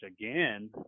again